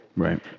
right